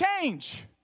change